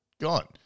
gone